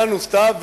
השאלה נשמעה,